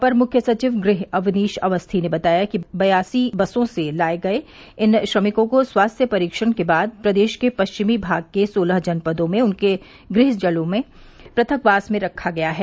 अपर मुख्य सचिव गृह अवनीश अवस्थी ने बताया कि बयासी बसों से लाए गए इन श्रमिकों को स्वास्थ्य परीक्षण के बाद प्रदेश के पश्चिर्मी भाग के सोलह जनपदों में उनके गृह जिलों में प्रथक वास में रखा गया है